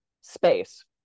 space